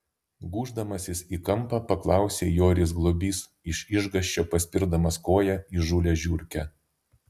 gūždamasis į kampą paklausė joris globys iš išgąsčio paspirdamas koja įžūlią žiurkę